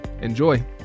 Enjoy